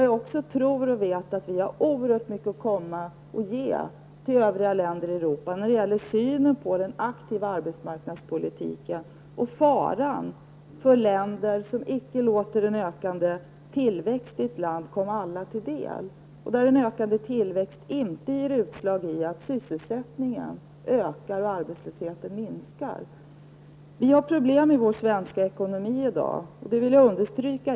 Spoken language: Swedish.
Jag tror, ja, jag vet, att vi har oerhört mycket att ge till övriga länder i Europa när det gäller synen på den aktiva arbetsmarknadspolitiken och på faran för de länder som icke låter en ökande tillväxt i landet komma alla till del och där en ökande tillväxt inte resulterar i ökad sysselsättning och minskad arbetslöshet. Vi har problem i vår svenska ekonomi i dag; det vill jag återigen understryka.